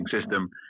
system